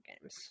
games